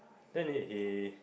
then he he